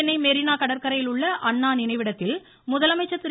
சென்னை மெரினா கடற்கரையில் உள்ள அண்ணா நினைவிடத்தில் முதலமைச்சர் திரு